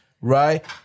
right